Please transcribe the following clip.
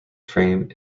frame